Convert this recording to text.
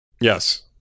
Yes